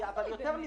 אבל יותר מזה,